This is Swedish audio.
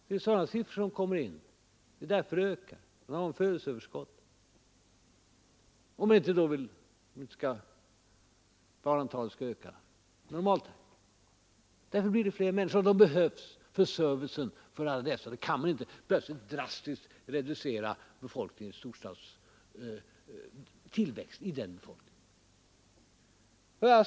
Det är de siffrorna som här kommer in i bilden. Det är födelseöverskottet som gör att befolkningen ökar — man vill väl ändå inte att det normala antalet födda barn skall minska. Då blir det också fler människor — och det behövs för servicen! Man kan inte plötsligt drastiskt reducera tillväxten av befolkningen i storstadsområdena.